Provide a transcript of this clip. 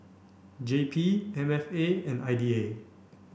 J P M F A and I D A